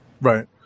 Right